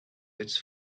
its